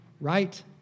right